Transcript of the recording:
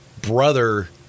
brother